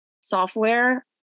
software